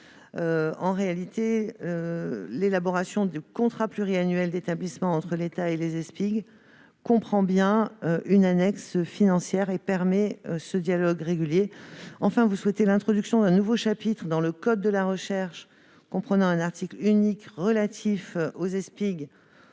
ans. L'élaboration du contrat pluriannuel d'établissement entre l'État et les Eespig comprend déjà une annexe financière et permet donc ce dialogue régulier. Enfin, vous souhaitez l'introduction d'un nouveau chapitre dans le code de la recherche comprenant un article unique relatif aux Eespig